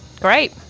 Great